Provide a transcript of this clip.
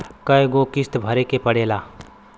कय गो किस्त भरे के पड़ेला?